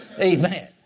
Amen